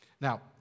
Now